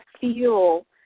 feel